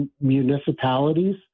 municipalities